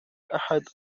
أحد